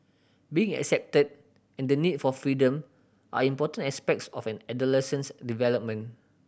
being accepted and the need for freedom are important aspects of an adolescent's development